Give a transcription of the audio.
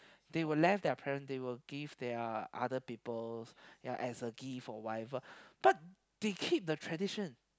they will left the present they will give their other people as gift but they keep the tradition